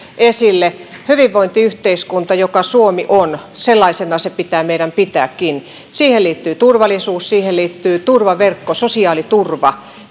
esille hyvinvointiyhteiskuntana joka suomi on sellaisena se pitää meidän pitääkin siihen liittyy turvallisuus siihen liittyy turvaverkko sosiaaliturva